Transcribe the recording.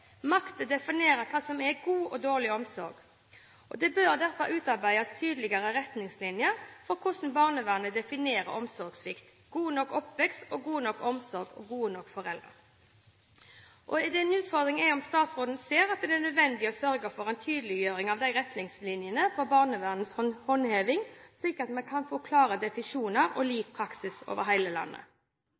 hva som er god og dårlig omsorg. Det bør derfor utarbeides tydeligere retningslinjer for hvordan barnevernet definerer omsorgssvikt, god nok oppvekst, god nok omsorg og gode nok foreldre. En utfordring er om statsråden ser at det er nødvendig å sørge for en tydeliggjøring av retningslinjene for barnevernets håndheving, slik at vi kan få klare definisjoner og lik praksis over hele landet.